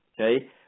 okay